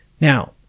Now